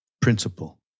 principle